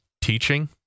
teaching